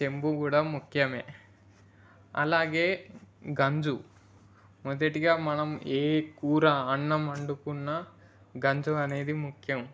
చెంబు కూడా ముఖ్యమే అలాగే గంజు మొదటిగా మనం ఏ కూర అన్నం వండుకున్నా గంజు అనేది ముఖ్యం